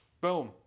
boom